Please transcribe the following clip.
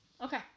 Okay